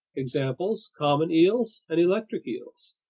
examples common eels and electric eels.